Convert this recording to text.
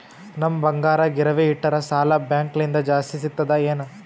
ನಮ್ ಬಂಗಾರ ಗಿರವಿ ಇಟ್ಟರ ಸಾಲ ಬ್ಯಾಂಕ ಲಿಂದ ಜಾಸ್ತಿ ಸಿಗ್ತದಾ ಏನ್?